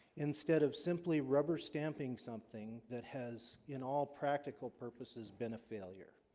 instead of simply rubber stamping something that has in all practical purposes been a failure